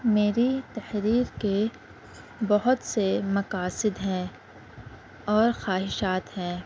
میری تحریر کے بہت سے مقاصد ہیں اور خواہشات ہیں